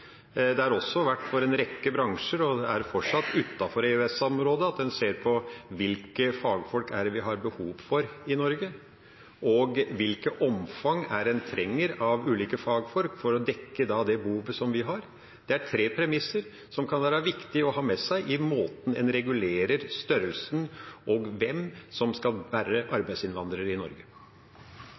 Det har også vært for en rekke bransjer – og er det fortsatt utenfor EØS-området – slik at en ser på hvilke fagfolk det er en har behov for i Norge, og i hvilket omfang en trenger ulike fagfolk for å dekke det behovet som vi har. Det er tre premisser som kan være viktig å ha med seg i måten en regulerer størrelsen på, og hvem som skal være arbeidsinnvandrer i Norge.